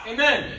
Amen